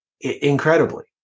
Incredibly